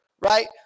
right